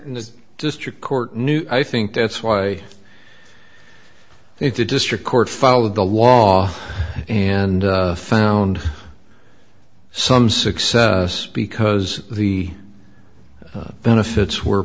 in the district court knew i think that's why they did district court follow the law and found some success because the benefits were